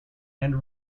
and